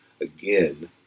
again